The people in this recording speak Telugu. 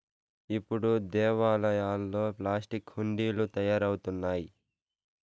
ఇప్పుడు దేవాలయాల్లో ప్లాస్టిక్ హుండీలు తయారవుతున్నాయి